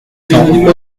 cents